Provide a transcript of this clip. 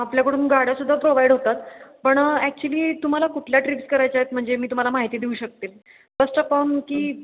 आपल्याकडून गाड्या सुद्धा प्रोव्हाइड होतात पण ॲक्चुअली तुम्हाला कुठल्या ट्रिप्स करायच्या आहेत म्हणजे मी तुम्हाला माहिती देऊ शकते फर्स्ट ऑफ ऑल की